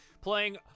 Playing